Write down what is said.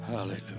Hallelujah